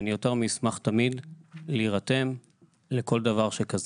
אני יותר מאשר אשמח תמיד להירתם לכל דבר שכזה.